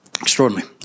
Extraordinary